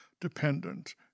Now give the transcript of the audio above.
dependent